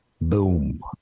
Boom